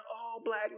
all-black